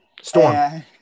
Storm